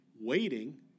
Waiting